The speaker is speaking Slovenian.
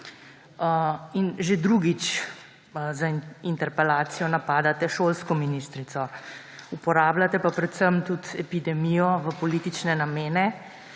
Že drugič z interpelacijo napadate šolsko ministrico. Uporabljate predvsem epidemijo v politične namene.